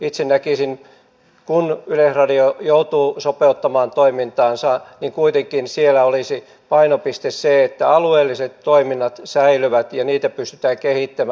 itse näkisin että kun yleisradio joutuu sopeuttamaan toimintaansa niin kuitenkin siellä olisi painopiste se että alueelliset toiminnat säilyvät ja niitä pystytään kehittämään